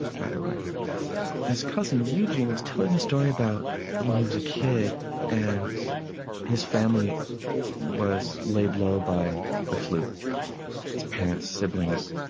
by the way his cousin eugene was telling the story about when he was a kid and his family was laid low by the flu his parents, siblings,